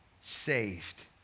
saved